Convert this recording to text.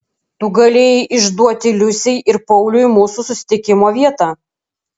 tu galėjai išduoti liusei ir pauliui mūsų susitikimo vietą